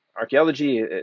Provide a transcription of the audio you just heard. archaeology